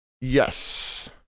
Yes